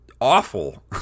awful